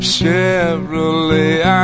Chevrolet